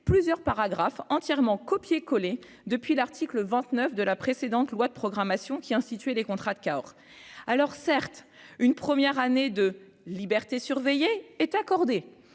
plusieurs paragraphes entièrement copier-coller depuis l'article 29 de la précédente loi de programmation qui instituer des contrats de Cahors, alors certes une première année de liberté surveillée est accordé